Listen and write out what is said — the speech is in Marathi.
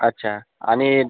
अच्छा आणि